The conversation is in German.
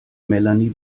melanie